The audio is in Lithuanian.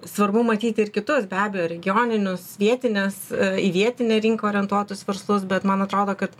svarbu matyt ir kitus be abejo regioninius vietines į vietinę rinką orientuotus verslus bet man atrodo kad